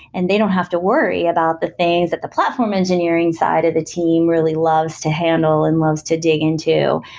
and they don't have to worry about the things that the platform engineering side of the team really loves to handle and loves to dig into.